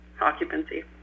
occupancy